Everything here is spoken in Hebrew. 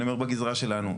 אני אומר בגזרה שלנו.